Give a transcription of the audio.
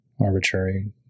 arbitrary